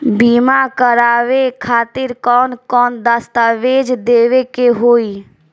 बीमा करवाए खातिर कौन कौन दस्तावेज़ देवे के होई?